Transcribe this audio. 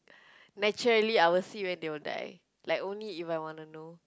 naturally I will see when they will die like only if I want to know